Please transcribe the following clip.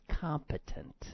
competent